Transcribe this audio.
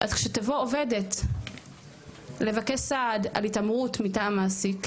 אז כשתבוא עובדת לבקש סעד על היתמרות מטעם מעסיק,